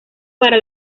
para